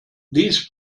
these